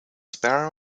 sparrow